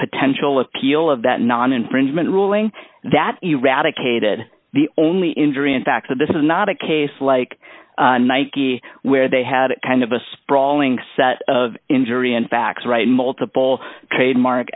potential appeal of that non infringement ruling that eradicated the only injury in fact that this is not a case like nike where they had kind of a sprawling set of injury and facts right multiple trademark